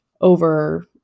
over